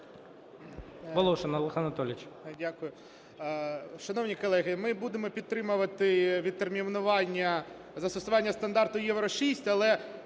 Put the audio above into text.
Волошин Олег Анатолійович.